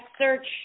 search